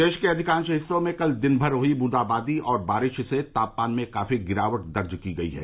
प्रदेश के अधिकांश हिस्सों में कल दिन भर हुई बूंदाबादी और बारिश से तापमान में काफी गिरावट दर्ज की गयी है